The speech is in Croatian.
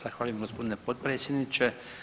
Zahvaljujem gospodine potpredsjedniče.